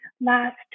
last